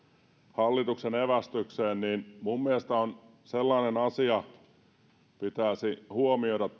hallituksen evästykseen niin minun mielestäni sellainen asia pitäisi huomioida